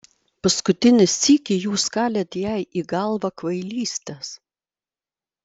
paskutinį sykį jūs kalėt jai į galvą kvailystes